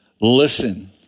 Listen